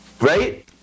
right